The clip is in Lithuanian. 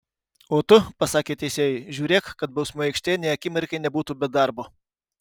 o tu pasakė teisėjui žiūrėk kad bausmių aikštė nė akimirkai nebūtų be darbo